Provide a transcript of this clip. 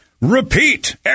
repeat